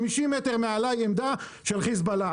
50 מטר מעלי עמדה של חיזבאללה,